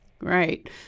Right